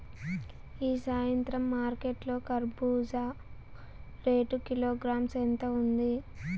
ఈ సాయంత్రం మార్కెట్ లో కర్బూజ రేటు కిలోగ్రామ్స్ ఎంత ఉంది?